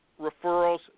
referrals